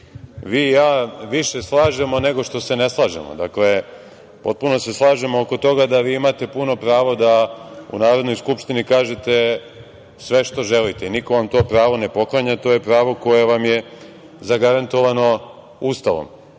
vi i ja više slažemo nego što se ne slažemo. Potpuno se slažemo oko toga da vi imate puno pravo da u Narodnoj skupštini kažete sve što želite i niko vam to pravo ne poklanja. To je pravo koje vam je zagarantovano Ustavom. Ono